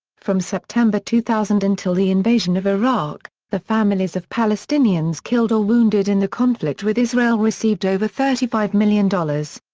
from september two thousand until the invasion of iraq, the families of palestinians killed or wounded in the conflict with israel received over thirty five million dollars.